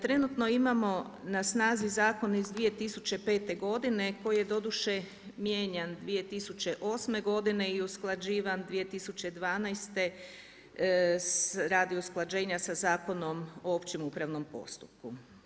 Trenutno imamo na snazi zakon iz 2005. godine koji je doduše mijenjan 2008. godine i usklađivan 2012. radi usklađenja sa Zakonom o općem upravnom postupku.